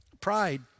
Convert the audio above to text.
Pride